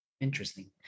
Interesting